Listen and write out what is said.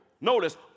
Notice